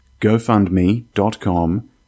gofundme.com